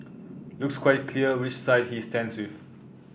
looks quite clear which side he stands with